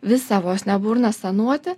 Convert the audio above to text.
visą vos ne burną sanuoti